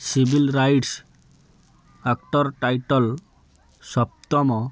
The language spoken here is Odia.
ସିଭିଲ୍ ରାଇଟ୍ସ ଆକ୍ଟର୍ ଟାଇଟଲ୍ ସପ୍ତମ